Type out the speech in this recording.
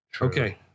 Okay